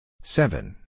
Seven